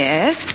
Yes